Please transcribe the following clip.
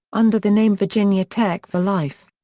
under the name virginia tech for life.